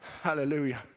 Hallelujah